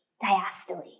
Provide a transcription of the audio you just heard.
diastole